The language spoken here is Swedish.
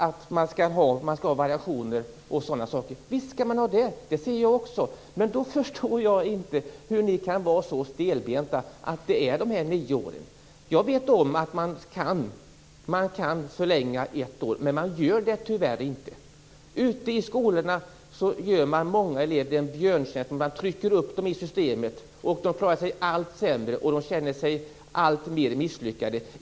Det skall vara variation osv. Ja, visst skall det vara så. Det tycker jag också. Men då förstår jag inte att ni kan vara så stelbenta när det gäller de nio åren. Jag vet att det går att förlänga med ett år, men det gör man, tyvärr, inte. Ute på skolorna gör man många elever en björntjänst. Man så att säga trycker upp eleverna i systemet. De klarar sig allt sämre och känner sig alltmer misslyckade.